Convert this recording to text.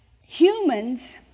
Humans